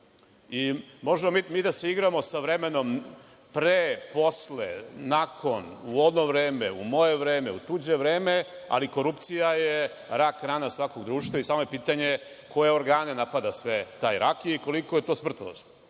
i možemo mi da se igramo sa vremenom pre, posle, nakon, u ono vreme, u moje vreme, u tuđe vreme, ali korupcija je rak rana svakog društva i samo je pitanje koje organe napada sve taj rak i koliko je to smrtonosno.